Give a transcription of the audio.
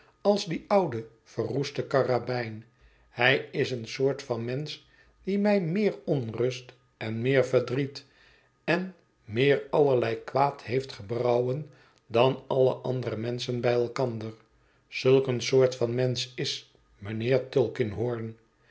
als die oude verroeste karabijn hij is een soort van mensch die mij meer onrust en meer verdriet en meer allerlei kwaad heeft gebrouwen dan alle andere menschen bij elkander zulk een soort van mensch is mijnheer tulkinghorn